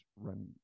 run